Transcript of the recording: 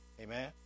Amen